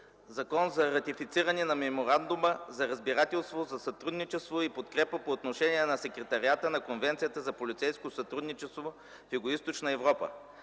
„ЗАКОН за ратифициране на Меморандума за разбирателство за сътрудничество и подкрепа по отношение на Секретариата на Конвенцията за полицейско сътрудничество в Югоизточна Европа